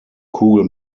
kugel